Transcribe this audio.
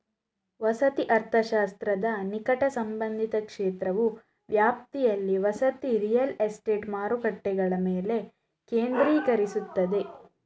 ವಸತಿ ಅರ್ಥಶಾಸ್ತ್ರದ ನಿಕಟ ಸಂಬಂಧಿತ ಕ್ಷೇತ್ರವು ವ್ಯಾಪ್ತಿಯಲ್ಲಿ ವಸತಿ ರಿಯಲ್ ಎಸ್ಟೇಟ್ ಮಾರುಕಟ್ಟೆಗಳ ಮೇಲೆ ಕೇಂದ್ರೀಕರಿಸುತ್ತದೆ